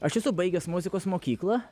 aš esu baigęs muzikos mokyklą